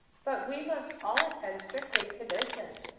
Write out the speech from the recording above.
but we must all attend strictly to business,